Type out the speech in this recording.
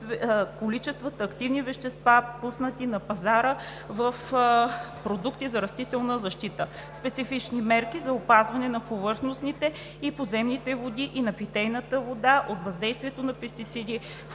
количествата активни вещества, пуснати на пазара в продукти за растителна защита. Специфичните мерки за опазване на повърхностните и подземните води и на питейната вода от въздействието на пестициди,